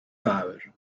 fawr